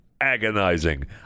agonizing